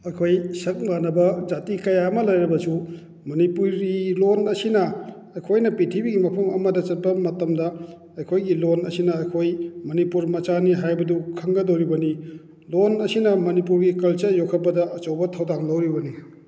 ꯑꯩꯈꯣꯏ ꯁꯛ ꯃꯥꯅꯕ ꯖꯥꯇꯤ ꯀꯌꯥ ꯑꯃ ꯂꯩꯔꯕꯁꯨ ꯃꯅꯤꯄꯨꯔꯤ ꯂꯣꯟ ꯑꯁꯤꯅ ꯑꯩꯈꯣꯏꯅ ꯄꯤꯛꯊ꯭ꯔꯤꯕꯤꯒꯤ ꯃꯐꯝ ꯑꯃꯗ ꯆꯠꯄ ꯃꯇꯝꯗ ꯑꯩꯈꯣꯏꯒꯤ ꯂꯣꯟ ꯑꯁꯤꯅ ꯑꯩꯈꯣꯏ ꯃꯅꯤꯄꯨꯔ ꯃꯆꯥꯅꯤ ꯍꯥꯏꯕꯗꯨ ꯈꯪꯒꯗꯧꯔꯤꯕꯅꯤ ꯂꯣꯟ ꯑꯁꯤꯅ ꯃꯅꯤꯄꯨꯔꯒꯤ ꯀꯜꯆꯔ ꯌꯣꯛꯈꯠꯄꯗ ꯑꯆꯧꯕ ꯊꯧꯗꯥꯡ ꯂꯧꯔꯤꯕꯅꯤ